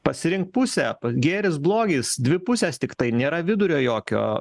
pasirink pusę gėris blogis dvi pusės tiktai nėra vidurio jokio